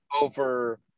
over